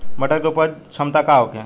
मटर के उपज क्षमता का होखे?